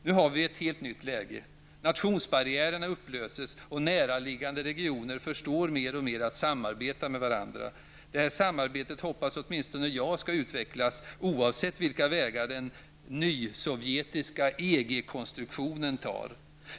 Nu har vi ett helt nytt läge. Nationsbarriärerna upplöses, och närliggande regioner förstår mer och mer att samarbeta med varandra. Det samarbetet hoppas åtminstone jag skall utvecklas, oavsett vilka vägar den nysovjetiska EG-konstruktionen tar.